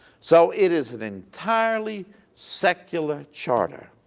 so it is an entirely secular charter.